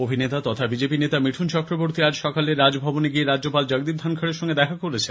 অভিনেতা তথা বিজেপি নেতা মিঠুন চক্রবর্তী আজ সকালে রাজভবনে গিয়ে রাজ্যপাল জগদীপ ধনকর এর সঙ্গে দেখা করেন